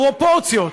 פרופורציות.